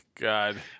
God